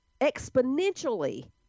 exponentially